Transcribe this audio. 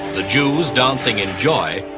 the jews dancing in joy,